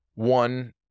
One